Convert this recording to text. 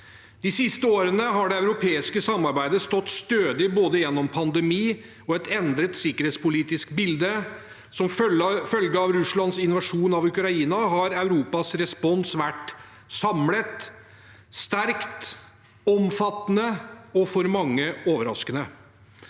De siste årene har det europeiske samarbeidet stått stødig gjennom både pandemi og et endret sikkerhetspolitisk bilde. Som følge av Russlands invasjon av Ukraina har Europas respons vært samlet, sterk, omfattende og – for mange – overraskende.